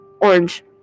orange